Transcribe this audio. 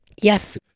Yes